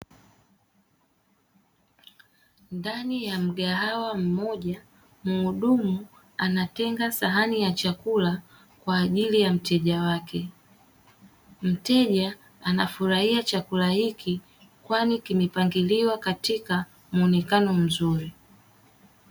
Ndani ya mgahawa mmoja muhudumu anatenga sahani ya chakula kwa ajili ya mteja. Mteja anafurahia chakula hiki kwani limepangiliwa katika muonekano mzuri.